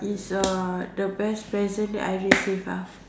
is uh the best present that I received ah